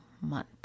month